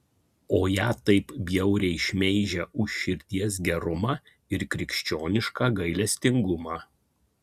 o ją taip bjauriai šmeižia už širdies gerumą ir krikščionišką gailestingumą